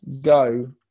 go